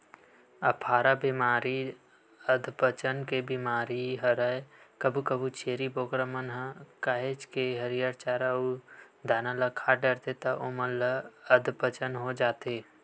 अफारा बेमारी अधपचन के बेमारी हरय कभू कभू छेरी बोकरा मन ह काहेच के हरियर चारा अउ दाना ल खा डरथे त ओमन ल अधपचन हो जाथे